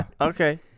Okay